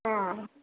ਹਾਂ